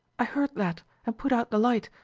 i heard that and put out the light.